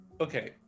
Okay